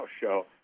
show